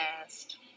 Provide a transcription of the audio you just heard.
past